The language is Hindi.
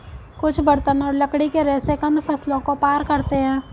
कुछ बर्तन और लकड़ी के रेशे कंद फसलों को पार करते है